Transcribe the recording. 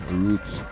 roots